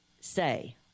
say